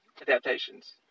adaptations